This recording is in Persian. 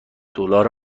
دلار